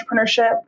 entrepreneurship